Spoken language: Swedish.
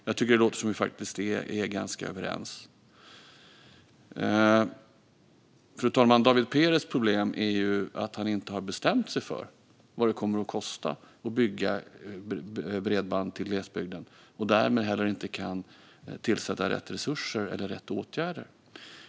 Jag tycker att det låter som att vi faktiskt är ganska överens. David Perez problem, fru talman, är att han inte har bestämt sig för vad det kommer att kosta att bygga bredband till glesbygden och därmed inte heller kan tillsätta rätt resurser eller rätt åtgärder.